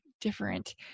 different